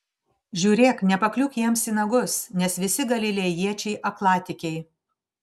žiūrėk nepakliūk jiems į nagus nes visi galilėjiečiai aklatikiai